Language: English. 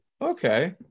Okay